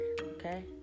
okay